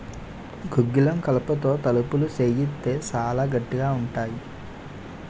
గుగ్గిలం కలపతో తలుపులు సేయిత్తే సాలా గట్టిగా ఉంతాయి